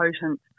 potent